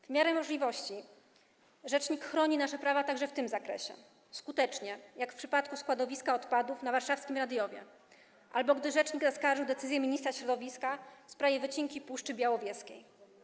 W miarę możliwości rzecznik chroni nasze prawa także w tym zakresie - skutecznie, jak w przypadku składowiska odpadów na warszawskim Radiowie, albo gdy zaskarżył decyzję ministra środowiska w sprawie wycinki Puszczy Białowieskiej.